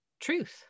truth